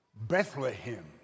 Bethlehem